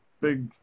big